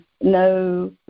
no